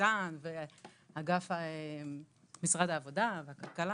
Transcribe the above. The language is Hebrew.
ניצן ומשרד העבודה והכלכלה,